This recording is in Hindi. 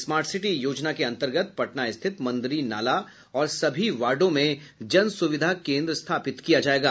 स्मार्ट सिटी योजना के अंतर्गत पटना स्थित मंदिरी नाला और सभी वार्डों में जनसुविधा केंद्र स्थापित किया जायेगा